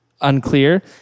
unclear